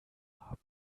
haben